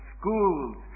schools